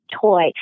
toy